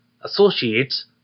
Associates